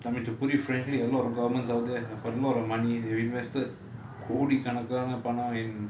I mean to put it frankly a lot governments out there a lot of money they've invested கோடிக்கணக்கான பணம்:kodikkanakaana panam in